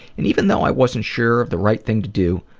and even though i wasn't sure of the right thing to do,